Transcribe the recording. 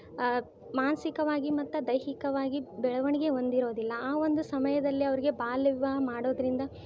ಮಾನಸಿಕವಾಗಿ ಮತ್ತು ದೈಹಿಕವಾಗಿ ಬೆಳವಣಿಗೆ ಹೊಂದಿರೋದಿಲ್ಲ ಆ ಒಂದು ಸಮಯದಲ್ಲಿ ಅವರಿಗೆ ಬಾಲ್ಯ ವಿವಾಹ ಮಾಡೋದರಿಂದ